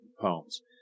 poems